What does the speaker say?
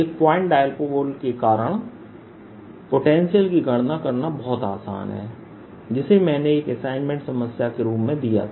एक point dipole के कारण पोटेंशियल की गणना करना बहुत आसान है और जिसे मैंने एक असाइनमेंट समस्या के रूप में दिया था